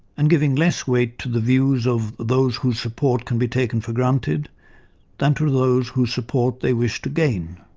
and giving less weight to the views of those whose support can be taken for granted than to those whose support they wish to gain.